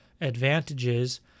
advantages